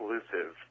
exclusive